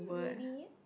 maybe